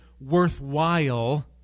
worthwhile